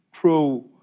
pro